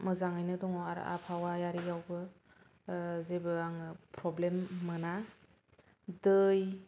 मोजाङैनो दङ आरो आबहावायारियावबो जेबो आङो प्र'ब्लेम मोना दै